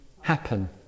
happen